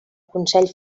consell